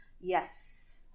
Yes